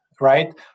right